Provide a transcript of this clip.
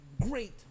great